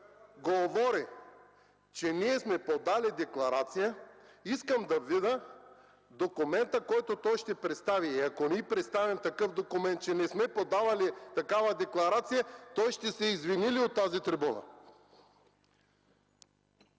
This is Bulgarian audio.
говори, че ние сме подали декларация, искам да видя документа, който той ще представи”. И ако ние представим такъв документ, че не сме подавали такава декларация, той ще се извини ли от тази трибуна?